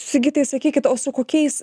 sigitai sakykit o su kokiais